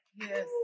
Yes